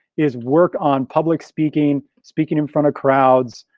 is work on public speaking, speaking in front of crowds.